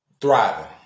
thriving